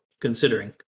considering